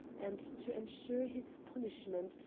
and to ensure his punishment,